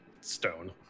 stone